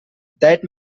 that